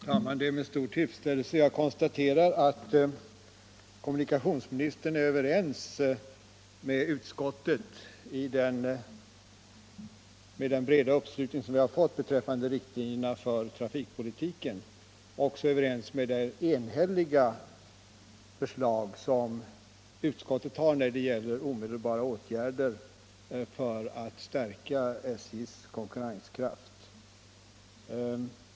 Herr talman! Det är med stor tillfredsställelse jag konstaterar att kommunikationsministern instämmer beträffande riktlinjerna för trafikpolitiken, där vi ju fått en bred uppslutning kring vårt förslag, och att han är överens med utskottet i dess enhälliga förslag beträffande omedelbara åtgärder för att stärka SJ:s konkurrenskraft.